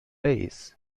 base